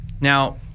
now